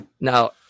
Now